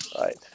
Right